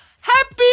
Happy